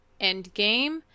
Endgame